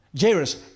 Jairus